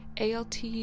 alt